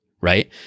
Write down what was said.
right